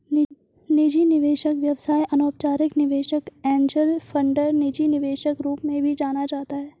निजी निवेशक व्यवसाय अनौपचारिक निवेशक एंजेल फंडर निजी निवेशक रूप में भी जाना जाता है